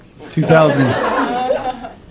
2000